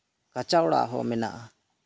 ᱠᱟᱸᱪᱟ ᱚᱲᱟᱜ ᱦᱚᱸ ᱢᱮᱱᱟᱜᱼᱟ